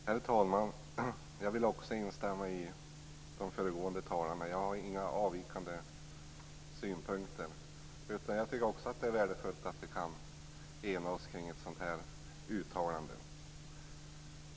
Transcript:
Herr talman! Jag vill också instämma i det som de tidigare talarna har sagt. Jag har inga avvikande synpunkter. Jag tycker också att det är värdefullt att vi kan ena oss kring ett sådant här uttalande.